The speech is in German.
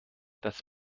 das